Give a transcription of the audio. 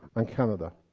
and canada,